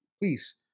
please